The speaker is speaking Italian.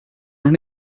non